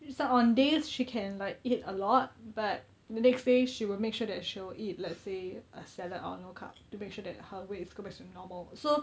it's like on days she can like eat a lot but the next day she will make sure that she will eat let's say a salad or no carb to make sure that her weights go backs to normal so